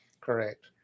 correct